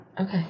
Okay